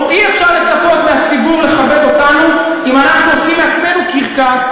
אי-אפשר לצפות מהציבור לכבד אותנו אם אנחנו עושים מעצמנו קרקס,